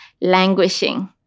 languishing